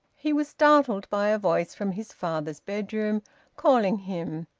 he was startled by a voice from his father's bedroom calling him.